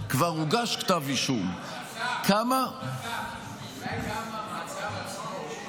שכבר הוגש כתב אישום -- השר --- אולי גם במעצר עצמו הם